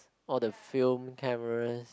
all the film cameras